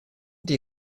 die